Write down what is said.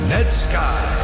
NetSky